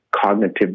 cognitive